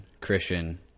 Christian